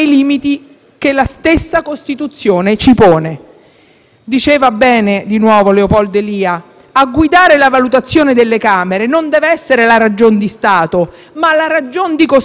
a guidare la valutazione delle Camere deve essere non la ragion di Stato, ma la ragion di Costituzione e in questo caso non è così.